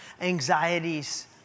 anxieties